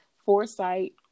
foresight